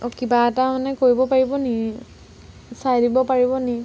অ' কিবা এটা মানে কৰিব পাৰিব নেকি চাই দিব পাৰিব নেকি